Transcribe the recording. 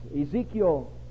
Ezekiel